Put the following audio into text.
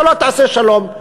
אתה לא תעשה שלום,